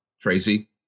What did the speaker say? Tracy